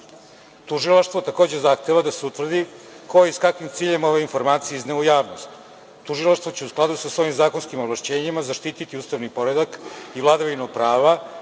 Tužilaštvo, takođe, zahteva da se utvrdi ko je i sa kakvim ciljem ove informacije izneo u javnost. Tužilaštvo će u skladu sa svojim zakonskim ovlašćenjima zaštititi ustavni poredak i vladavinu prava,